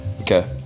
Okay